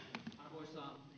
arvoisa herra